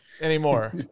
Anymore